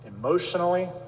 Emotionally